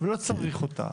ולא צריך אותה,